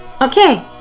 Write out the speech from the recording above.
Okay